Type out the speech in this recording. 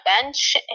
bench